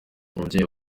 umubyeyi